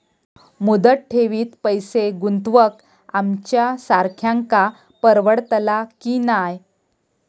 मुदत ठेवीत पैसे गुंतवक आमच्यासारख्यांका परवडतला की नाय?